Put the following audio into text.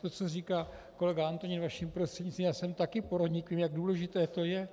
To, co říká kolega Antonín, vaším prostřednictvím, já jsem taky porodník, vím, jak důležité to je.